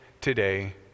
today